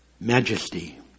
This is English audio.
majesty